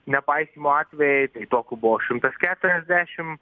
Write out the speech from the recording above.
nepaisymo atvejai tai tokių buvo šimtas keturiasdešim